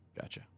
Gotcha